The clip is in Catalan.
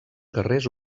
carrers